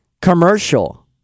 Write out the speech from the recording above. commercial